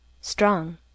strong